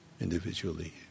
individually